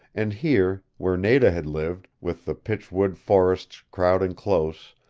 and here, where nada had lived, with the pitch-wood forests crowding close,